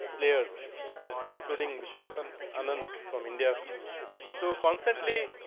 players including vishwanathan anandh from india to contently